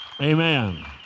Amen